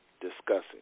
discussing